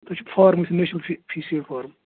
سُہ چھُ فارمے نیشنَل فشریٖز فارم